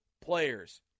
players